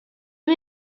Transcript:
you